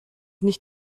nicht